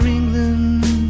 England